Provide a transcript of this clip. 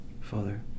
Father